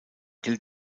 gilt